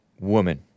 woman